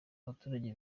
abaturage